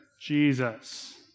Jesus